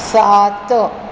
सात